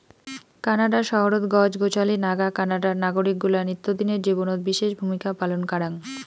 Canada শহরত গছ গছালি নাগা কানাডার নাগরিক গুলার নিত্যদিনের জীবনত বিশেষ ভূমিকা পালন কারাং